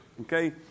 Okay